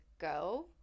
go